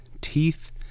Teeth